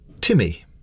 Timmy